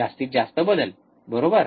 जास्तीत जास्त बदल बरोबर